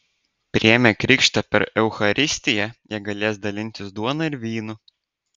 priėmę krikštą per eucharistiją jie galės dalintis duona ir vynu